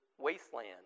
wasteland